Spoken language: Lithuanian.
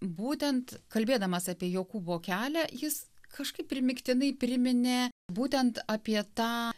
būtent kalbėdamas apie jokūbo kelią jis kažkaip primygtinai priminė būtent apie tą